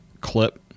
clip